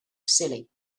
silly